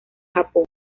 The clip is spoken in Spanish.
japón